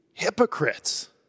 Hypocrites